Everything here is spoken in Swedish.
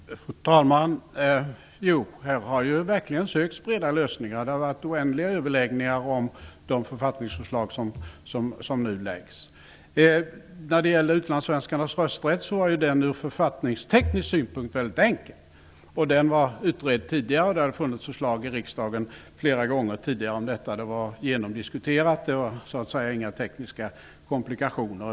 Fru talman! Det har verkligen sökts breda lösningar. Det har förts oändliga överläggningar om de författningsförslag som nu läggs fram. Frågan om utlandssvenskarnas rösträtt var ur författningsteknisk synpunkt väldigt enkel. Den var utredd tidigare. Det har flera gånger tidigare funnits förslag i riksdagen om detta. Frågan var genomdiskuterad. Det fanns så att säga inga tekniska komplikationer.